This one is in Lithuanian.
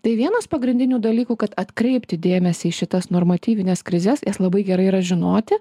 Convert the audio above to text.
tai vienas pagrindinių dalykų kad atkreipti dėmesį į šitas normatyvines krizes jas labai gerai yra žinoti